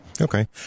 Okay